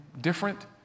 different